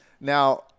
Now